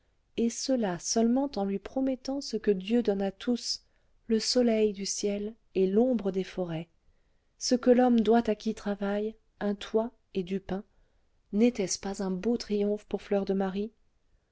et cela seulement en lui promettant ce que dieu donne à tous le soleil du ciel et l'ombre des forêts ce que l'homme doit à qui travaille un toit et du pain n'était-ce pas un beau triomphe pour fleur de marie